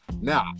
Now